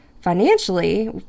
financially